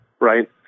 right